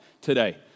today